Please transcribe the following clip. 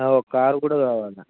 ఒక కారు కూడా కావాలి